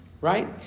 Right